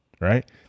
right